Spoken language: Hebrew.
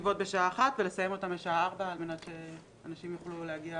בשעה 13 ולסיים אותן בשעה 16 על מנת שאנשים יוכלו להגיע